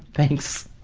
thanks.